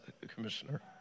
commissioner